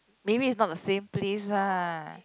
maybe it's not the same place lah